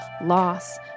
loss